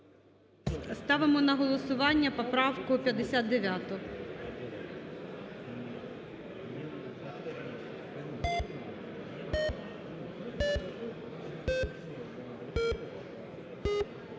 ставлю на голосування поправку 69